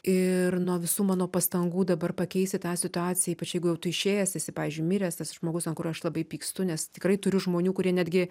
ir nuo visų mano pastangų dabar pakeisi tą situaciją ypač jeigu jau tu jau išėjęs esi pavyzdžiui miręs tas žmogus ant kurio aš labai pykstu nes tikrai turiu žmonių kurie netgi